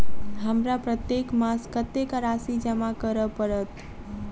हमरा प्रत्येक मास कत्तेक राशि जमा करऽ पड़त?